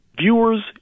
viewers